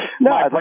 No